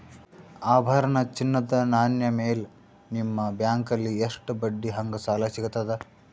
ಆಭರಣ, ಚಿನ್ನದ ನಾಣ್ಯ ಮೇಲ್ ನಿಮ್ಮ ಬ್ಯಾಂಕಲ್ಲಿ ಎಷ್ಟ ಬಡ್ಡಿ ಹಂಗ ಸಾಲ ಸಿಗತದ?